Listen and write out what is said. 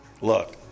look